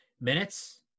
minutes